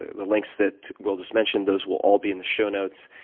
the links that will just mentioned, those will all be in the show notes.